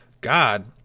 God